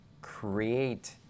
create